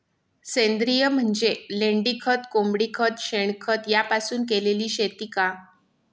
सेंद्रिय म्हणजे लेंडीखत, कोंबडीखत, शेणखत यापासून केलेली शेती का?